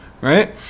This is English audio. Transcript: right